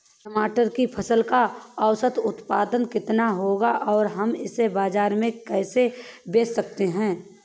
टमाटर की फसल का औसत उत्पादन कितना होगा और हम इसे बाजार में कैसे बेच सकते हैं?